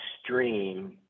stream